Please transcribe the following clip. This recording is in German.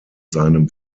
seinem